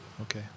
Okay